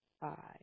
five